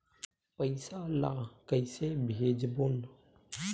पईसा ला कइसे भेजबोन?